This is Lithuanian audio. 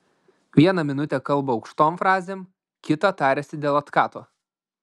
vieną minutę kalba aukštom frazėm kitą tariasi dėl otkato